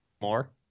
more